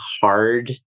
hard